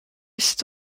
est